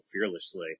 fearlessly